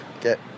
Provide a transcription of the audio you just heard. get